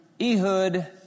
Ehud